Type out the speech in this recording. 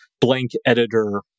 blank-editor-